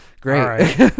great